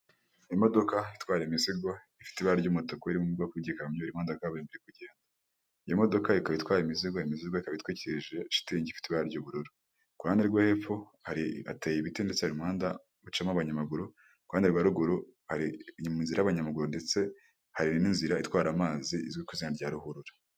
Imodoka itwara imizigo ifite ibara ry'umutuku iri mu bwoko bw'igikamyo mu muhanda wa kaburimbo irimo kugenda, iyo modoka ikaba itwaye imizigo, imizigo itwikirijwe shitingi ifite ibara ry'ubururu, iruhande rwo hepfo yateye ibiti ndetse hari umuhanda ucamo abanyamaguru kuruhande rwa ruguru ni mu nzira y'abanyamaguru ndetse hari n'inzira itwara amazi izwi ku izina rya ruhurura.